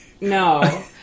No